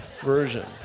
version